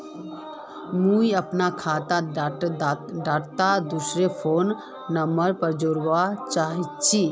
मुई अपना खाता डात दूसरा फोन नंबर जोड़वा चाहची?